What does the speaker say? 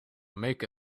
make